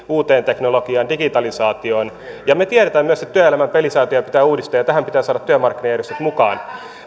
uuteen teknologiaan digitalisaatioon me tiedämme myös että työelämän pelisääntöjä pitää uudistaa ja tähän pitää saada työmarkkinajärjestöt mukaan